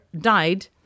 died